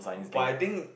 but I think